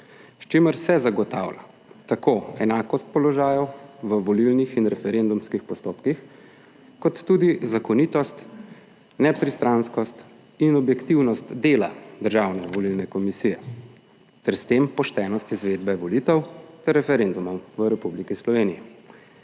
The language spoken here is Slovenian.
s čimer se zagotavlja tako enakost položajev v volilnih in referendumskih postopkih kot tudi zakonitost, nepristranskost in objektivnost dela Državne volilne komisije ter s tem poštenost izvedbe volitev ter referendumom v Republiki Sloveniji.